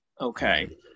Okay